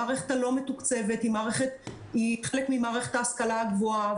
המערכת הלא מתוקצבת היא חלק ממערכת ההשכלה הגבוהה,